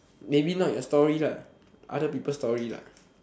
maybe not your story lah other people story lah